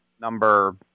number